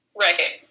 Right